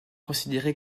considéré